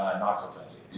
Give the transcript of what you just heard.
knoxville, tennessee.